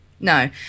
No